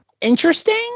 interesting